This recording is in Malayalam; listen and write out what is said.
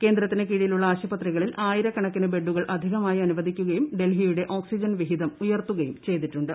കേന്ദ്രത്തിന് കീഴിലുള്ള ആശുപത്രികളിൽ ആയിരക്കണക്കിന് ഒബ്രഡുകൾ അധികമായി അനുവദിക്കുകയും ഡൽഹിയുട്ടെ പ്പ് ഓർക്സിജൻ വിഹിതം ഉയർത്തുകയും ചെയ്തിട്ടുണ്ട്